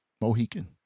Mohican